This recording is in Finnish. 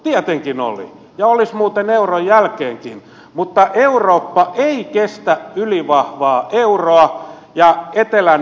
tietenkin oli ja olisi muuten euron jälkeenkin mutta eurooppa ei kestä ylivahvaa euroa ja etelän maat eivät kestä